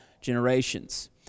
generations